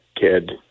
kid